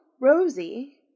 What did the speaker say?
Rosie